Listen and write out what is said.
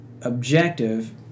objective